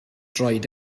droed